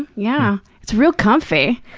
yeah. it's real comfy!